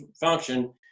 function